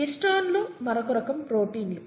హిస్టోన్లు మరొక రకం ప్రొటీన్లు